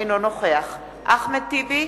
אינו נוכח אחמד טיבי,